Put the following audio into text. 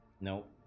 Nope